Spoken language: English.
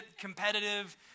competitive